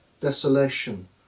desolation